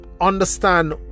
understand